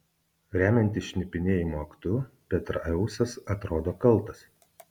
remiantis šnipinėjimo aktu petraeusas atrodo kaltas